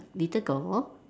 little girl